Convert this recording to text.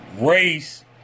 race